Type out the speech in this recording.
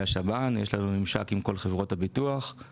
השב"ן ויש לנו ממשק עם כל חברות הביטוח.